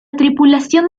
tripulación